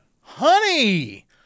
Honey